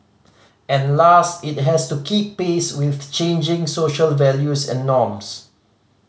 and last it has to keep pace with changing social values and norms